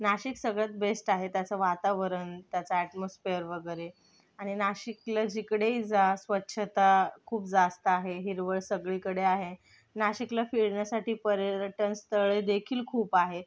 नाशिक सगळ्यात बेस्ट आहे त्याचं वातावरण त्याचं अॅटमॉस्फेअर वगैरे आणि नाशिकला जिकडेही जा स्वच्छता खूप जास्त आहे हिरवळ सगळीकडे आहे नाशिकला फिरण्यासाठी पर्यटन स्थळेदेखील खूप आहे